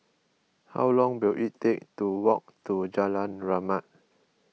how long will it take to walk to Jalan Rahmat